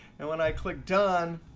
and when i click done,